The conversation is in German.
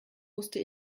musste